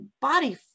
body